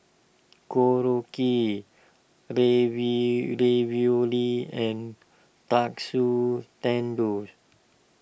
Korokke Ravioli and Katsu Tendon